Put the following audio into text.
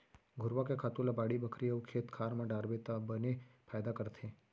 घुरूवा के खातू ल बाड़ी बखरी अउ खेत खार म डारबे त बने फायदा करथे